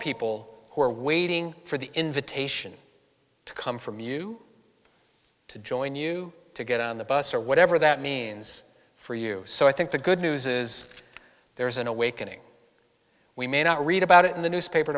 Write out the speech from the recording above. people who are waiting for the invitation to come from you to join you to get on the bus or whatever that means for you so i think the good news is there is an awakening we may not read about it in the newspaper